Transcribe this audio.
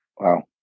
Wow